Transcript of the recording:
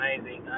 amazing